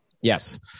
Yes